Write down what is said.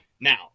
Now